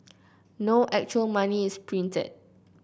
no actual money is printed